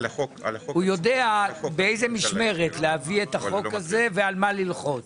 הוא יודע באיזה משמרת להביא את החוק הזה ועל מה ללחוץ.